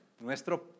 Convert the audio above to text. nuestro